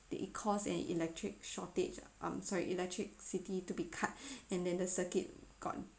that it caused an electric shortage um sorry electricity to be cut and the the circuit got